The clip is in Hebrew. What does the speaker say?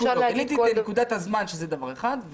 העליתי את נקודת הזמן, שזה דבר אחד.